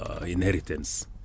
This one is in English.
inheritance